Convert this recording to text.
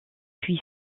puis